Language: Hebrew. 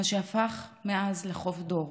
מה שהפך מאז לחוף דור.